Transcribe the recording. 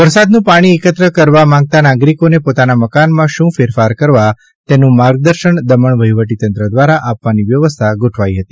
વરસાદનું પાણી એકત્ર કરવા માંગતા નાગરિકોને પોતાના મકાનમાં શું ફેરફાર કરવા તેનું માર્ગદર્શન દમણ વહીવટીતંત્ર દ્વારા આપવાની વ્યવસ્થા ગોઠવાઇ છે